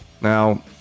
Now